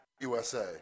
USA